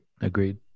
Agreed